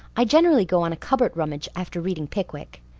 i generally go on a cupboard rummage after reading pickwick.